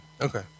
Okay